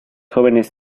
jóvenes